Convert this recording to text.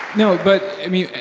no. but, i mean,